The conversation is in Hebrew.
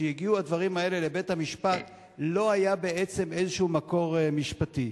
משהגיעו הדברים האלה לבית-המשפט לא היה בעצם איזה מקור משפטי.